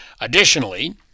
Additionally